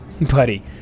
Buddy